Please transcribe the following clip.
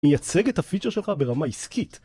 מייצג את הפיצ'ר שלך ברמה עסקית